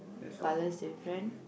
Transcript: colours different